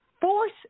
force